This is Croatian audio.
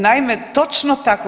Naime točno tako.